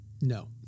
No